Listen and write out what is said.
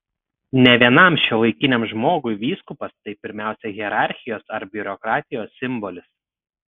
ne vienam šiuolaikiniam žmogui vyskupas tai pirmiausia hierarchijos ar biurokratijos simbolis